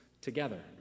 together